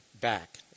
back